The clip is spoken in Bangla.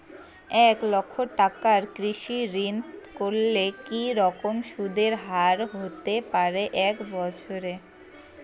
এক লক্ষ টাকার কৃষি ঋণ করলে কি রকম সুদের হারহতে পারে এক বৎসরে?